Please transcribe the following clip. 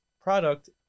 product